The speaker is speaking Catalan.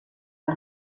que